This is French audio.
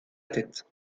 tête